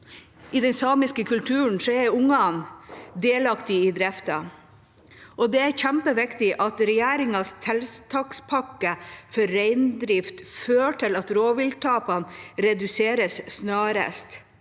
I den samiske kulturen er ungene delaktige i drifta. Det er kjempeviktig at regjeringas tiltakspakke for reindrift fører til at rovvilttapene reduseres snarest.